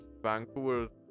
Vancouver